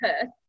Perth